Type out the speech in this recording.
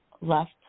left